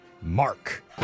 Mark